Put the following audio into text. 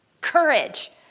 Courage